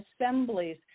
assemblies